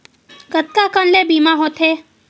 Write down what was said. कतका कन ले बीमा होथे?